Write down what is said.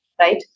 right